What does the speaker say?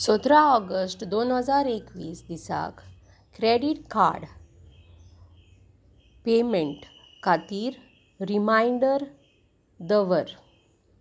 सतरा ऑगस्ट दोन हजार एकवीस दिसाक क्रॅडीट कार्ड पेमेंट खातीर रिमांयडर दवर